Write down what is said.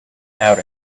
out